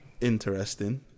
interesting